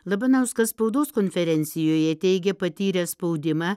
labanauskas spaudos konferencijoje teigė patyręs spaudimą